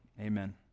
Amen